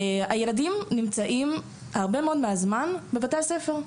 הילדים נמצאים הרבה מאוד זמן בבתי הספר.